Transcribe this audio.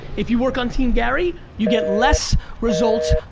if you work on team gary, you get less results,